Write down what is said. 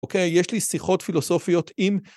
אוקיי? יש לי שיחות פילוסופיות עם...